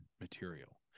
material